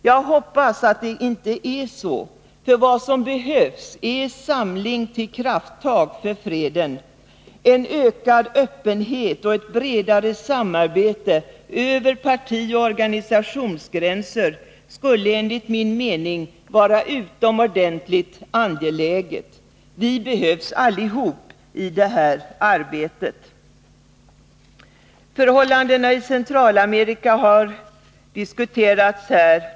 Jag hoppas att det inte är så, för vad som behövs är samling till krafttag för freden. En ökad öppenhet och ett bredare samarbete över partioch organisationsgränser skulle enligt min mening vara någonting utomordentligt angeläget. Vi behövs allihop i det här arbetet. Förhållandena i Centralamerika har diskuterats här.